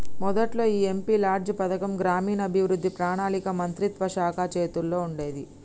మొదట్లో ఈ MP LADS పథకం గ్రామీణాభివృద్ధి పణాళిక మంత్రిత్వ శాఖ చేతుల్లో ఉండేది